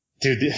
Dude